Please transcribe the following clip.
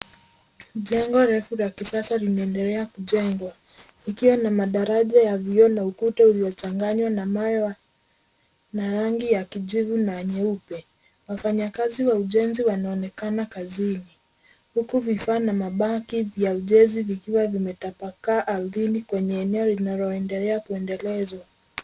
Jengo refu la kisasa linaendelea kujengwa, likiwa na madaraja ya vioo na ukuta uliochanganywa na mawe na rangi ya kijivu na nyeupe. Wafanyakazi wa ujenzi wanaonekana kazini, huku vifaa na mabaki vya ujenzi vikiwa vimetapaka ardhini kwenye eneo linaloendelea kuendelezwa.